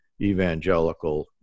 evangelical